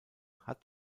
hat